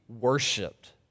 Worshipped